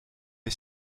est